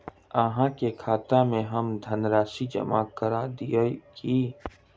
अहाँ के खाता में हम धनराशि जमा करा दिअ की?